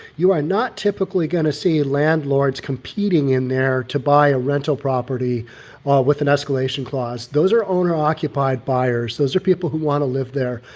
you are not typically going to see landlords competing in there to buy a rental property with an escalation clause. those are owner occupied buyers. those are people who want to live there.